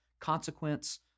consequence